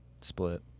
Split